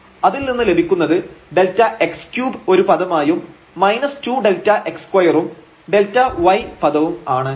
അതിൽ നിന്ന് ലഭിക്കുന്നത് Δx3 ഒരു പദമായും 2Δx2 ഉം Δy പദവും ആണ്